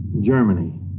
Germany